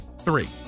Three